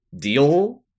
Deal